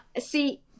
see